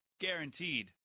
Guaranteed